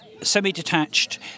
semi-detached